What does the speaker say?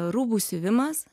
rūbų siuvimas